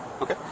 Okay